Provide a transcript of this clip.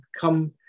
come